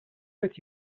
with